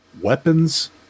Weapons